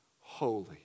holy